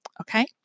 Okay